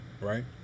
Right